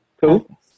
Cool